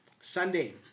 Sunday